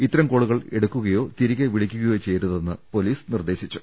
ഇത്തരം കോളുകൾ എടുക്കുകയോ തിരികെ വിളിക്കുകയോ ചെയ്യരുതെന്ന് പൊലീസ് നിർദ്ദേശിച്ചു